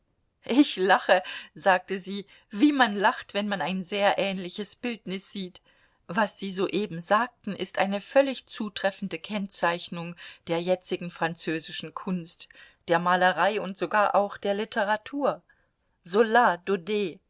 ich lache sagte sie wie man lacht wenn man ein sehr ähnliches bildnis sieht was sie soeben sagten ist eine völlig zutreffende kennzeichnung der jetzigen französischen kunst der malerei und sogar auch der literatur